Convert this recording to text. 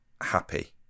happy